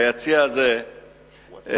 ביציע הזה יושבים